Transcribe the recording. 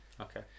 Okay